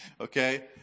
okay